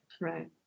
right